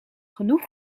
genoeg